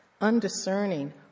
undiscerning